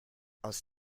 aus